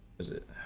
as a